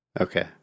Okay